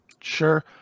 Sure